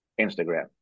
instagram